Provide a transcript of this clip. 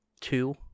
two